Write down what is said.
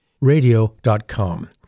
radio.com